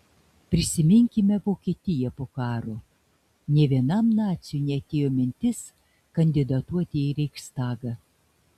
prisiminkime vokietiją po karo nė vienam naciui neatėjo mintis kandidatuoti į reichstagą